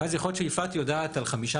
ואז יכול להיות שיפעת יודעת על חמישה